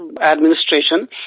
administration